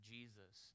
Jesus